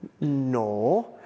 no